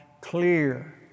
clear